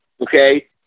okay